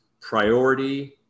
priority